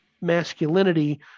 masculinity